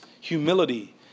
humility